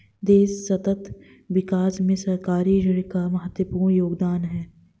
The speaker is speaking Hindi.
देश सतत विकास में सरकारी ऋण का महत्वपूर्ण योगदान है